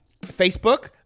Facebook